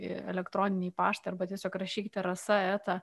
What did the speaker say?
į elektroninį paštą arba tiesiog rašykite rasa eta